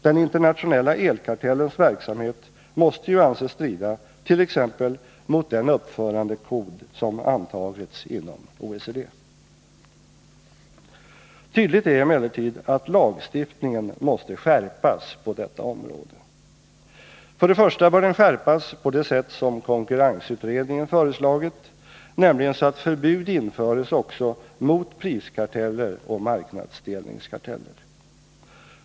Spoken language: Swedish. Den internationella elkartellens verksamhet måste ju anses strida t.ex. mot den uppförandekod som antagits inom OECD. Tydligt är emellertid att lagstiftningen måste skärpas på detta område. Först bör den skärpas på det sätt som konkurrensutredningen föreslagit, nämligen så att förbud införs också mot priskarteller och marknadsdelningskarteller.